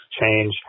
change